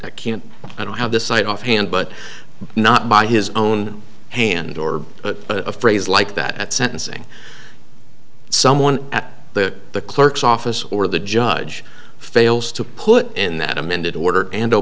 i can't i don't have this cite off hand but not by his own hand or a phrase like that at sentencing someone at the the clerk's office or the judge fails to put in that amended order and oh